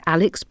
Alex